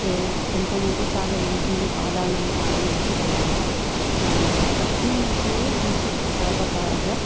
ते कुटुम्बम् अपि चालयन्ति बालानां पालनम् अपि कुर्वन्ति तस्मिन् विषये किञ्चित् सर्वकारः